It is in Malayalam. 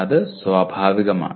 അത് സ്വാഭാവികമാണ്